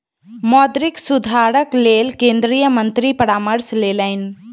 मौद्रिक सुधारक लेल केंद्रीय मंत्री परामर्श लेलैन